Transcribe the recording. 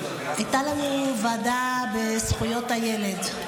הייתה לנו ישיבה של הוועדה לזכויות הילד.